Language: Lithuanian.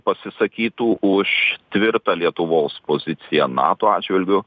pasisakytų už tvirtą lietuvos poziciją nato atžvilgiu